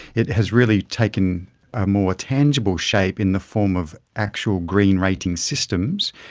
it has really taken a more tangible shape in the form of actual green rating systems.